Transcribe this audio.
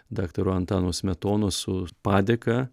daktaro antano smetonos su padėka